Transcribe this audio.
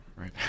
Right